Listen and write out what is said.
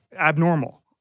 abnormal